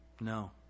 No